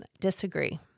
Disagree